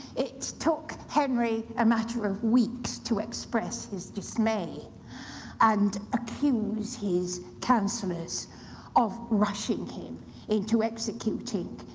it took henry a matter of weeks to express his dismay and accuse his councillors of rushing him into executing.